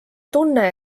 tunne